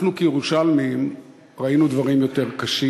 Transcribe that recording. אנחנו כירושלמים ראינו דברים יותר קשים.